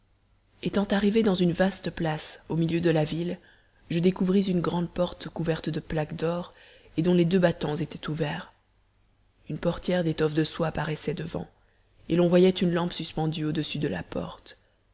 arrivée dans une vaste place au milieu de la ville je découvris une grande porte couverte de plaques d'or et dont les deux battants étaient ouverts une portière d'étoffe de soie paraissait devant et l'on voyait une lampe suspendue au-dessus de la porte